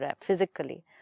physically